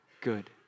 good